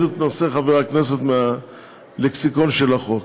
את נושא חברי הכנסת מהלקסיקון של החוק.